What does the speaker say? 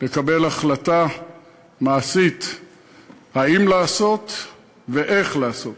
לקבל החלטה מעשית האם לעשות ואיך לעשות.